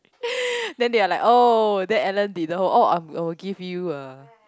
then they are like oh then Ellen did the oh I'll give you a